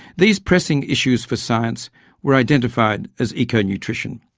these pressing issues for science were identified as eco-nutrition.